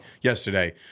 yesterday